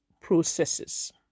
processes